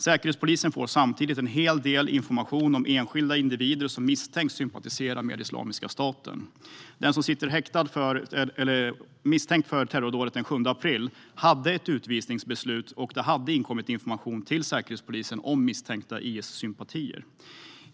Säkerhetspolisen får samtidigt en hel del information om enskilda individer som misstänks sympatisera med Islamiska staten. Den som är misstänkt och häktad för terrordådet den 7 april hade ett utvisningsbeslut, och det hade inkommit information till säkerhetspolisen om misstänkta IS-sympatier.